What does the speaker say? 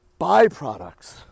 byproducts